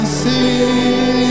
see